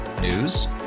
News